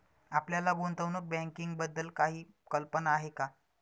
आपल्याला गुंतवणूक बँकिंगबद्दल काही कल्पना आहे का?